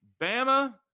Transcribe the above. Bama